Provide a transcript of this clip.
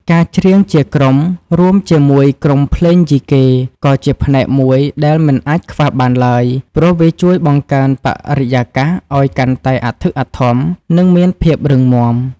ការច្រៀងជាក្រុមរួមជាមួយក្រុមភ្លេងយីកេ ក៏ជាផ្នែកមួយដែលមិនអាចខ្វះបានឡើយ ព្រោះវាជួយបង្កើនបរិយាកាសឱ្យកាន់តែអធិកអធម និងមានភាពរឹងមាំ។